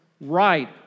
right